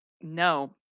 No